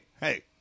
hey